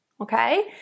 okay